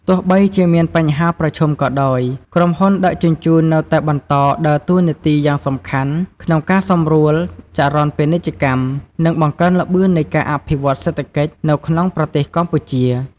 ទោះបីជាមានបញ្ហាប្រឈមក៏ដោយ ក្រុមហ៊ុនដឹកជញ្ជូននៅតែបន្តដើរតួនាទីយ៉ាងសំខាន់ក្នុងការសម្រួលចរន្តពាណិជ្ជកម្ម និងបង្កើនល្បឿននៃការអភិវឌ្ឍន៍សេដ្ឋកិច្ចនៅក្នុងប្រទេសកម្ពុជា។